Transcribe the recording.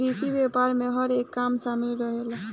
कृषि व्यापार में हर एक काम शामिल रहेला